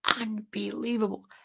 unbelievable